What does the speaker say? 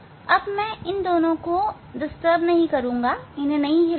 अब मैं इन दोनों को नहीं हिलाऊंगा